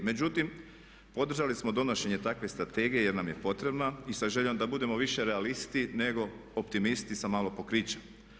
Međutim, podržali smo donošenje takve strategije jer nam je potrebna i sa željom da budemo više realisti nego optimisti sa malo pokrića.